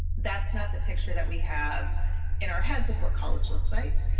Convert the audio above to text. that's not the picture that we have in our heads of what college looks like.